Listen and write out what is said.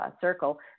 circle